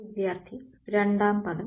വിദ്യാർത്ഥി രണ്ടാം പദം